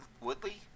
Woodley